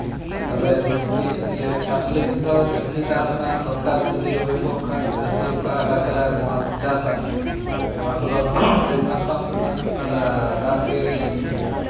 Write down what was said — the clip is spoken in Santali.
ᱛᱚᱵᱮ ᱡᱟᱹᱥᱛᱤ ᱤᱭᱟᱹ ᱪᱟᱥ ᱞᱟᱹᱜᱤᱫ ᱫᱚ ᱡᱟᱹᱥᱛᱤ ᱫᱟᱜ ᱨᱮᱭᱟᱜ ᱫᱚᱨᱠᱟᱨ ᱡᱩᱫᱤ ᱦᱩᱭᱩᱜᱚᱜ ᱠᱷᱟᱱ ᱪᱟᱹᱥᱤ ᱚᱠᱟ ᱮᱞᱟᱠᱟ ᱨᱮ ᱱᱚᱣᱟ ᱠᱚ ᱪᱟᱥᱟ ᱚᱱᱟ ᱠᱚᱫᱚ ᱨᱤᱵᱷᱟᱨ ᱯᱟᱢᱯ ᱨᱮᱱᱟᱜ ᱫᱟᱜ ᱜᱮ